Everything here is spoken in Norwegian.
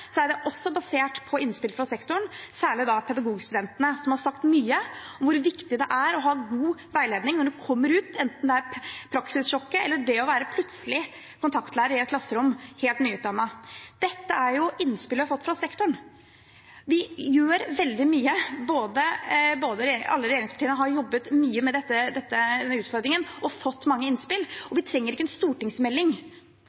er det også basert på innspill fra sektoren, særlig fra Pedagogstudentene, som har sagt mye om hvor viktig det er å ha god veiledning når man kommer ut – enten det er praksissjokket eller det å plutselig være kontaktlærer i et klasserom, helt nyutdannet. Dette er innspill vi har fått fra sektoren. Vi gjør veldig mye, og alle regjeringspartiene har jobbet mye med denne utfordringen og fått mange innspill.